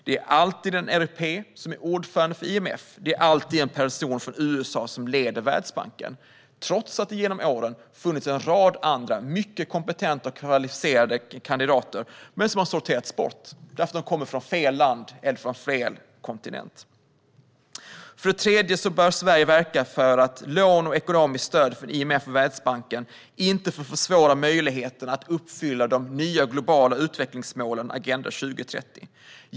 Det är alltid en europé som är ordförande för IMF och alltid en person från USA som leder Världsbanken, trots att det genom åren funnits en rad andra mycket kompetenta och kvalificerade kandidater som har sorterats bort därför att de kommer från fel land eller fel kontinent. För det tredje bör Sverige verka för att lån och ekonomiskt stöd från IMF och Världsbanken inte får försvåra möjligheterna att uppfylla de nya globala utvecklingsmålen Agenda 2030.